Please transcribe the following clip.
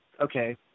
okay